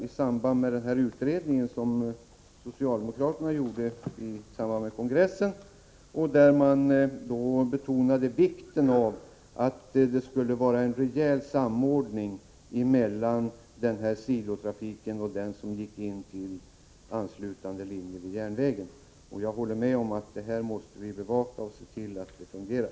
I den utredning som socialdemokraterna gjorde i samband med kongressen framhölls också att det är mycket viktigt att bevaka just detta. Där betonades vikten av en rejäl samordning mellan sidotrafiken och den trafik som går till anslutande linjer vid järnvägen. Jag håller med om att vi måste bevaka detta och se till att trafiken fungerar.